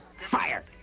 Fire